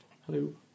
Hello